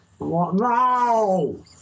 No